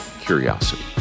curiosity